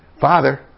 Father